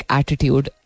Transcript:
attitude